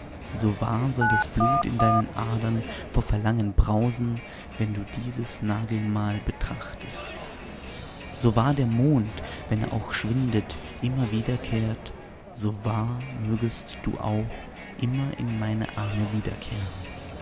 so wahr soll das blut in deinen adern vor verlangen brausen wenn du dieses nagel mal betrachtest so wahr der mond wenn er auch schwindet immer wiederkehrt so wahr mögest du auch immer in meine arme wiederkehren